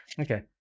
okay